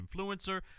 influencer